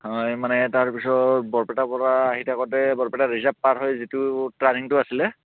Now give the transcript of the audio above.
হয় মানে তাৰপিছত বৰপেটা পৰা আহি থাকোতে বৰপেটা ৰিজাৰ্ভ পাৰ হৈ যিটো টাৰ্নিংটো আছিলে